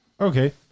Okay